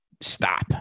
stop